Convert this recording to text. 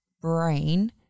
brain